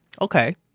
okay